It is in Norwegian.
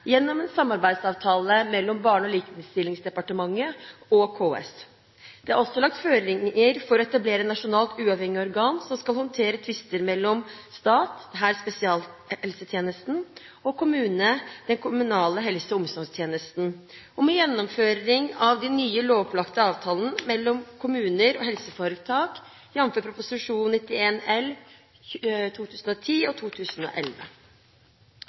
gjennom en samarbeidsavtale mellom Barne- og likestillingsdepartementet og KS. Det er også lagt føringer for å etablere et nasjonalt uavhengig organ som skal håndtere tvister mellom stat, herunder spesialisthelsetjenesten, og kommune, herunder den kommunale helse- og omsorgstjenesten, om gjennomføringen av de nye lovpålagte avtalene mellom kommuner og helseforetakene, jf. Prop. 91 L for 2010–2011. Tvisteløsningsorganet skal bli etablert etter avtale mellom Helse- og